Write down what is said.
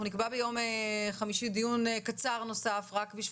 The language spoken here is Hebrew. נקבע ליום חמישי דיון קצר נוסף כדי